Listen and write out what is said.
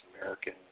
American